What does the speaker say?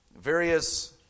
various